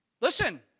Listen